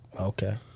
Okay